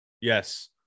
yes